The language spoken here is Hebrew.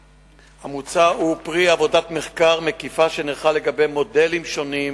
המוצע הוא פרי עבודת מחקר מקיפה שנערכה לגבי מודלים שונים